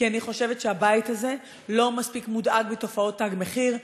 כי אני חושבת שהבית הזה לא מספיק מודאג מתופעות "תג מחיר",